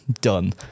done